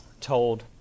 told